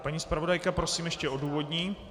Paní zpravodajka to prosím ještě odůvodní.